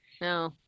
no